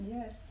Yes